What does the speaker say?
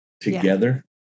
together